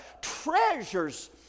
treasures